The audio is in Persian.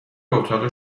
اتاق